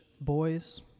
boys